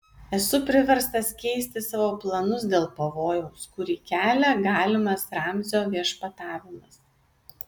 esu priverstas keisti savo planus dėl pavojaus kurį kelia galimas ramzio viešpatavimas